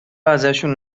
ازشون